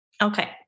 Okay